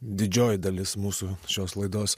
didžioji dalis mūsų šios laidos